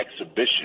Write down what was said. exhibition